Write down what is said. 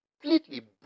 completely